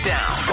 Down